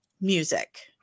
music